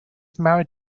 married